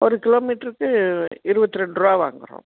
ஒரு கிலோ மீட்ருக்கு இருபத்து ரெண்டுருபா வாங்குகிறோம்